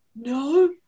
no